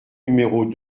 numéros